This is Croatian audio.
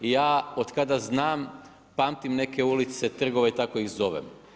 Ja od kada znam pamtim neke ulice, trgove i tako iz zovem.